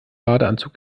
badeanzug